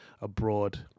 abroad